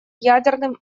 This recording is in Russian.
ядерным